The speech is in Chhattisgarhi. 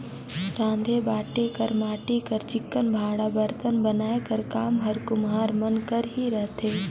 राँधे बांटे कर माटी कर चिक्कन भांड़ा बरतन बनाए कर काम हर कुम्हार मन कर ही रहथे